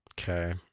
Okay